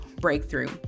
breakthrough